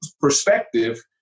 perspective